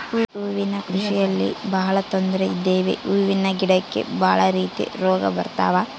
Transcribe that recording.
ಹೂವಿನ ಕೃಷಿಯಲ್ಲಿ ಬಹಳ ತೊಂದ್ರೆ ಇದಾವೆ ಹೂವಿನ ಗಿಡಕ್ಕೆ ಭಾಳ ರೀತಿ ರೋಗ ಬರತವ